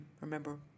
remember